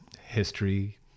history